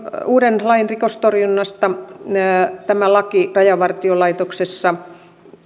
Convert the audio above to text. uuden lakiehdotuksen rikostorjunnasta rajavartiolaitoksessa